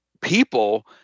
people